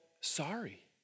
sorry